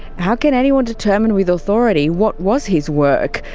how can anyone determine with authority what was his work?